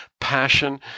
passion